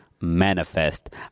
manifest